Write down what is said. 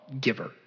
giver